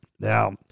Now